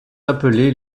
appelés